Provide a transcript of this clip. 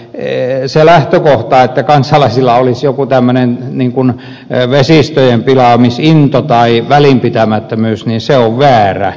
se lähtökohta että kansalaisilla olisi joku tämmöinen vesistöjenpilaamisinto tai välinpitämättömyys on väärä